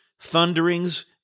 thunderings